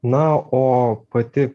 na o pati